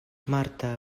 marta